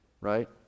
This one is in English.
right